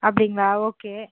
அப்படிங்களா ஓகே